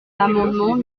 l’amendement